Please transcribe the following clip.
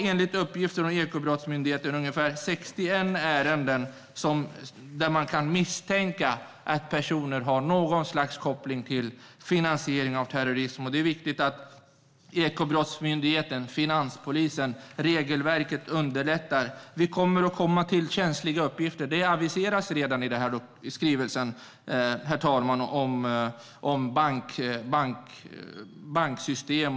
Enligt uppgifter från Ekobrottsmyndigheten finns det i dag ungefär 61 ärenden där man kan misstänka att personer har något slags koppling till finansiering av terrorism. Det är viktigt att regelverket underlättar för Ekobrottsmyndigheten och finanspolisen. Det kommer att finnas känsliga uppgifter som är integritetskränkande.